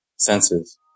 Senses